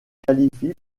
qualifient